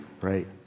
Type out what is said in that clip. right